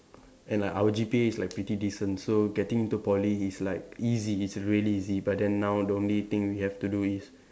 and like our G_P_A is like pretty decent so getting into Poly is like easy it's really easy but then now the only thing we have to do is